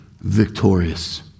victorious